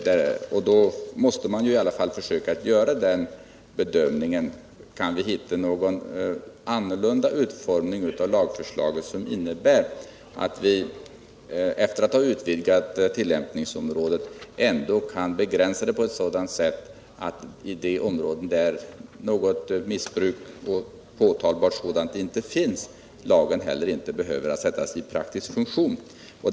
Därför måste man försöka göra en bedömning om man kan hitta någon utformning av lagen som innebär att man, efter att ha utvidgat tillämpningsområdet, ändå kan begränsa det på ett sådant sätt att lagen inte behöver sättas i praktisk funktion i områden där något åtalbart missbruk inte finns.